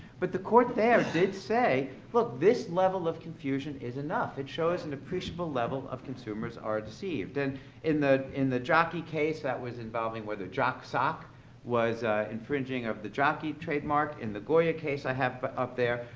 but the court there did say, look, this level of confusion is enough. it shows an and appreciable level of consumers are deceived. and in the in the jockey case that was involving whether jock sock was infringing of the jockey trademark and the goya case i have but up there,